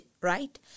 right